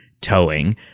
towing